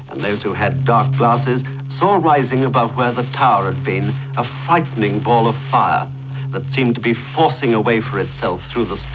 and those who had dark glasses saw ah ah rising above where the tower had been a frightening ball of fire that seemed to be forcing a way for itself through the